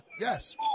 yes